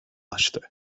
açtı